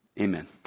amen